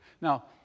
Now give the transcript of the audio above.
Now